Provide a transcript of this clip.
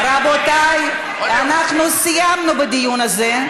רבותי, אנחנו סיימנו את הדיון הזה.